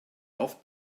off